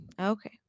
okay